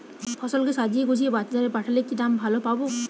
ফসল কে সাজিয়ে গুছিয়ে বাজারে পাঠালে কি দাম ভালো পাব?